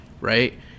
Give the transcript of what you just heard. right